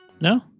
No